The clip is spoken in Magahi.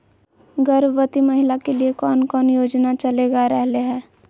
गर्भवती महिला के लिए कौन कौन योजना चलेगा रहले है?